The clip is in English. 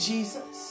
Jesus